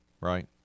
right